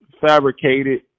fabricated